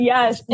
Yes